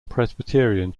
presbyterian